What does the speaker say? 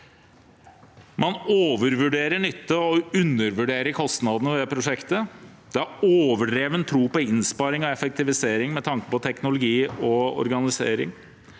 Man overvurderer nytten og undervurderer kostnadene ved prosjektet, og det er overdreven tro på innsparing og effektivisering med tanke på teknologi og orga